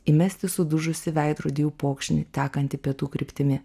įmesti sudužusį veidrodį upokšnį tekantį pietų kryptimi